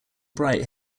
bright